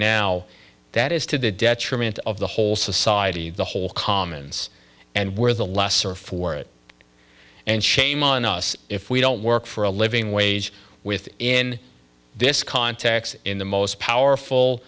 now that is to the detriment of the whole society the whole commons and where the lesser for it and shame on us if we don't work for a living wage within this context in the most powerful